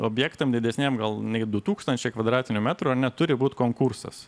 objektams didesniam gal nei du tūkstančiai kvadratinių metrų neturi būti konkursas